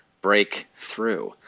breakthrough